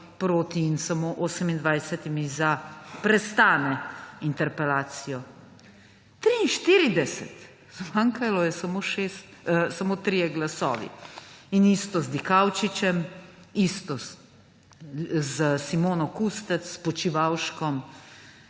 in samo 28 za prestane interpelacijo. 43. Zmanjkali so samo 3 glasovi. In isto z Dikaučičem, isto s Simono Kustec, Počivalškom.